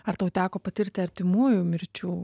ar tau teko patirti artimųjų mirčių